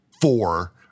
four